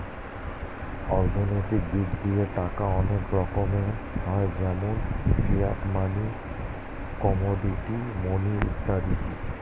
অর্থনৈতিক দিক দিয়ে টাকা অনেক রকমের হয় যেমন ফিয়াট মানি, কমোডিটি মানি ইত্যাদি